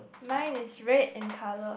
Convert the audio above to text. mine is red in color